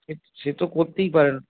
এ সে তো করতেই পারেন